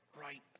right